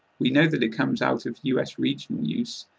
we know that it comes out of us regional use,